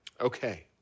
Okay